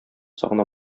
сагына